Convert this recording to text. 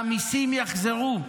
והמיסים יחזרו.